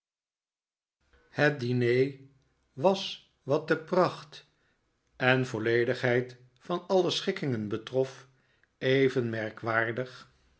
het diner was wat de pracht en volledigheid van alle schikkingen betrof even merkwaardig